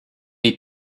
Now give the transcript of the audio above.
est